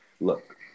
look